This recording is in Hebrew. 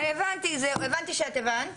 הבנתי שאת הבנת.